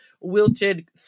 wilted